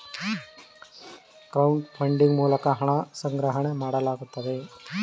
crowd funding ಮೂಲಕ ಹಣ ಸಂಗ್ರಹಣೆ ಮಾಡಲಾಗುತ್ತದೆ